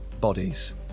bodies